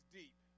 deep